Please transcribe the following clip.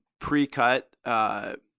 pre-cut